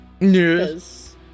Yes